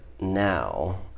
now